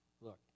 look